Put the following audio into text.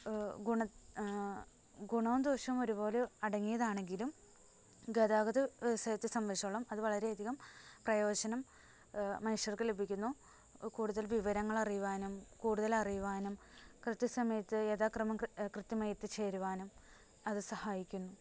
ഗുണ ഗുണവും ദോഷവും ഒരുപോലെ അടങ്ങിയതാണെങ്കിലും ഗതാഗത വ്യവസായത്തെ സംബന്ധിച്ചോളം അതു വളരെയധികം പ്രയോജനം മനുഷ്യർക്ക് ലഭിക്കുന്നു കൂടുതൽ വിവരങ്ങളറിയുവാനും കൂടുതലറിയുവാനും കൃത്യസമയത്ത് യഥാക്രമം കൃത്യമായി എത്തിച്ചേരുവാനും അത് സഹായിക്കുന്നു